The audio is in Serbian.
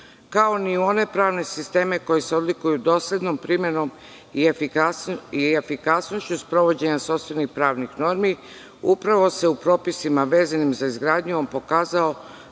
kao ni u one pravne sisteme koji se odlikuju doslednom primenom i efikasnošću sprovođenja sopstvenih pravnih normi, upravo se u propisima vezanim za izgradnju on pokazao